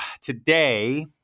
today